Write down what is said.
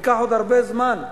ייקח עוד הרבה זמן.